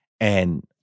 And-